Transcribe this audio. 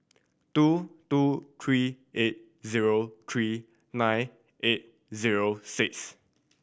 two two three eight zero three nine eight zero six